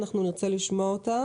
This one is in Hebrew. בבקשה.